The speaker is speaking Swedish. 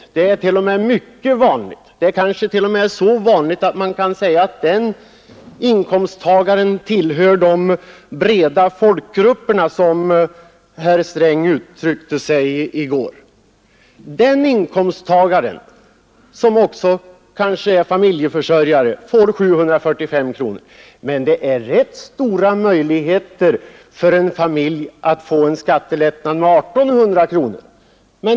Det gäller en mycket vanlig inkomst, kanske t.o.m. så vanlig att vederbörande tillhör de breda folkgrupperna som herr Sträng talade om i går. Den inkomsttagaren, som kanske också är familjeförsörjare, får alltså en lättnad på 745 kronor. Men det är rätt stora möjligheter för en familj att få en skattelättnad på 1 800 kronor.